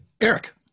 Eric